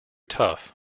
tough